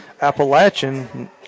Appalachian